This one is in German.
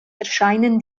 erscheinen